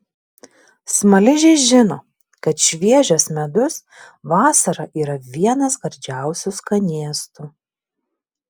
smaližiai žino kad šviežias medus vasarą yra vienas gardžiausių skanėstų